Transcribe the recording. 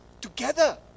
together